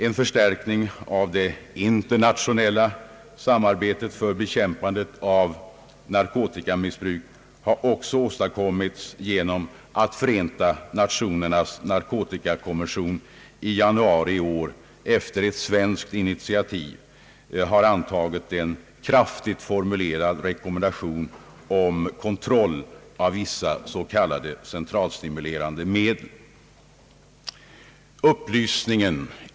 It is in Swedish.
En förstärkning av det internationella samarbetet för bekämpandet av narkotikamissbruk har också åstadkommits genom att Förenta Nationernas narkotikakommission i januari i år efter ett svenskt initiativ har anta git en kraftigt formulerad rekommendation om kontroll av vissa s.k. centralstimulerande medel.